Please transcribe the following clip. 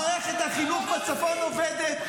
מערכת החינוך בצפון עובדת?